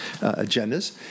agendas